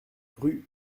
rue